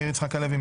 מאיר יצחק הלוי,